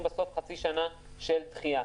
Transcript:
בסוף היינו צריכים חצי שנה של דחייה,